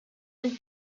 del